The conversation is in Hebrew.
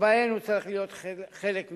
שבהן הוא צריך להיות חלק מחברה.